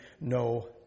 no